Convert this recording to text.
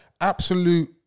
absolute